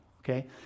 okay